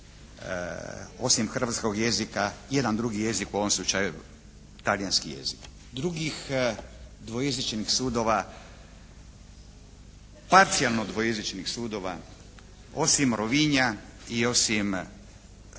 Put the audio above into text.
osim hrvatskoj jezika jedan drugi jezik, u ovom slučaju talijanski jezik.